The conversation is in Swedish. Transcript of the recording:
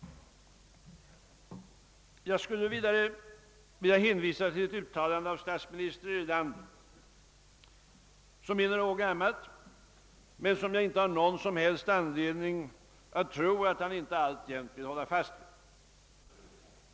Jag skulle vidare vilja hänvisa till ett uttalande av statsminister Erlander, vilket är några år gammalt men som jag inte har någon som helst anledning tro att han inte alltjämt vill hålla fast vid.